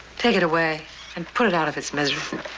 take it away and put it out of its misery.